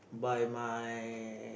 by my